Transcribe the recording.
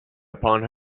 upon